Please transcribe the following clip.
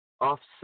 offset